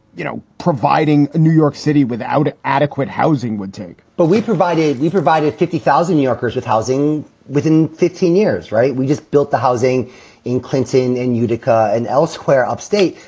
you know, providing new york city without adequate housing would take but we provide aid. we provided fifty thousand new yorkers with housing within fifteen years. right. we just built the housing in clinton and utica and elsewhere upstate.